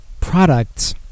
products